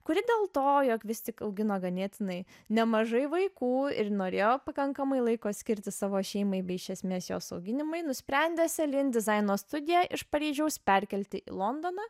kuri dėl to jog vis tik augino ganėtinai nemažai vaikų ir norėjo pakankamai laiko skirti savo šeimai bei iš esmės jos auginimui nusprendė celine dizaino studiją iš paryžiaus perkelti į londoną